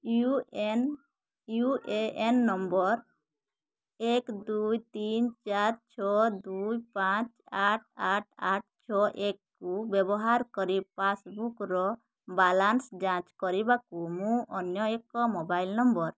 you N U A N number ଏକ ଦୁଇ ତିନି ଚାରି ଛଅ ଦୁଇ ପାଞ୍ଚ ଆଠ ଆଠ ଆଠ ଛଅ ଏକକୁ ବ୍ୟବହାର କରି ପାସ୍ବୁକ୍ର ବାଲାନ୍ସ୍ ଯାଞ୍ଚ କରିବାକୁ ମୁଁ ଅନ୍ୟ ଏକ ମୋବାଇଲ୍ ନମ୍ବର୍